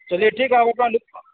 چلیے تھیک ہےآپ اپنا